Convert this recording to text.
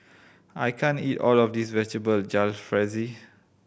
I can't eat all of this Vegetable Jalfrezi